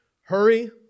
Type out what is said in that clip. Hurry